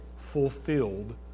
fulfilled